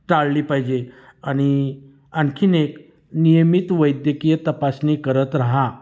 टाळली पाहिजे आणि आणखी एक नियमित वैद्यकीय तपासणी करत रहा